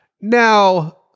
Now